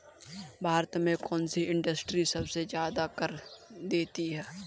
भारत में कौन सी इंडस्ट्री सबसे ज्यादा कर देती है?